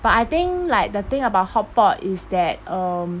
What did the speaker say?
but I think like the thing about hotpot is that um